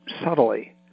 subtly